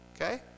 Okay